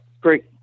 great